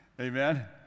Amen